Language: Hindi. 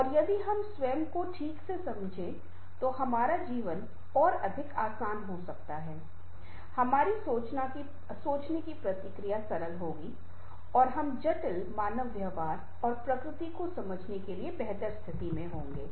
और यदि हम स्वयं को ठीक से समझें तो हमारा जीवन और अधिक आसान हो सकता है हमारी सोचने की प्रक्रिया सरल होगी और हम जटिल मानव व्यवहार और प्रकृति को समझने के लिए बेहतर स्थिति में होंगे